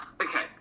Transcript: okay